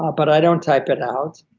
but i don't type it out.